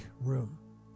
room